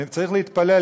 צריך להתפלל,